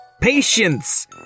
Patience